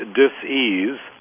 dis-ease